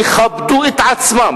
יכבדו את עצמם,